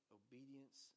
obedience